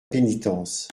pénitence